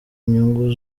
nyungu